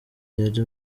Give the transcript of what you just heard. yari